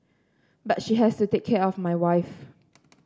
but she has to take care of my wife